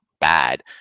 bad